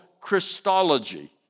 Christology